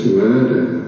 murder